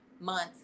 months